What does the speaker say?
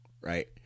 Right